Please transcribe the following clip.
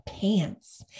pants